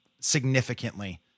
significantly